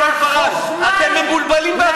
החוכמה לקחת